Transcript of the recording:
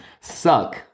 suck